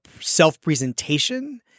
self-presentation